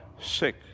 sick